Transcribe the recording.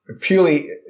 purely